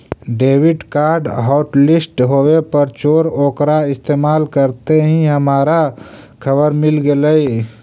debit card hotlist होवे पर चोर ओकरा इस्तेमाल करते ही हमारा खबर मिल गेलई